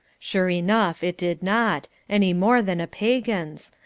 sure enough it did not, any more than a pagan's,